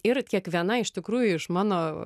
ir kiekviena iš tikrųjų iš mano